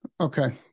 Okay